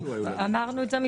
איזו הודעה?